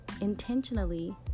intentionally